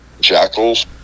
jackals